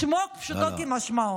שמוק פשוטו כמשמעו.